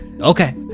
okay